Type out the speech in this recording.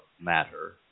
matter